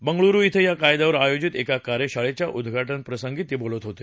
बंगळ्रु इथं या कायद्यावर आयोजित एका कार्यशाळेच्या उद्घाटनप्रसंगी ते बोलत होते